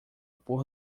pôr